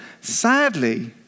Sadly